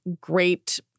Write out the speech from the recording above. great